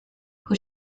who